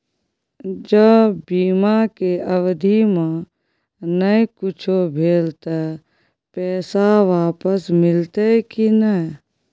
ज बीमा के अवधि म नय कुछो भेल त पैसा वापस मिलते की नय?